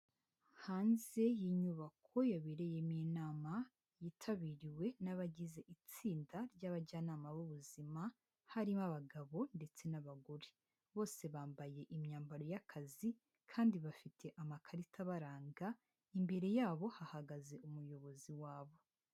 Hanze y'inyubako yabereyemo inama yitabiriwe n'abagize itsinda ry'abajyanama b'ubuzima harimo abagabo ndetse n'abagore, bose bambaye imyambaro y'akazi kandi bafite amakarita abaranga, imbere yabo hahagaze umuyobozi wabo.